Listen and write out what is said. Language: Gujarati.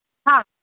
હા